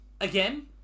Again